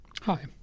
Hi